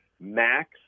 Max